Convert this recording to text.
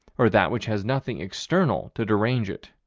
or that which has nothing external to derange it.